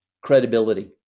Credibility